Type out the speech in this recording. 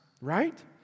Right